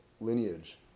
lineage